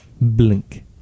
blink